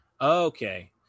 Okay